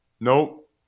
nope